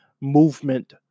movement